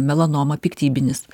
melanoma piktybinis